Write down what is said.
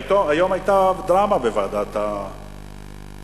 היום היתה דרמה בוועדת הכספים.